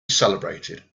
celebrated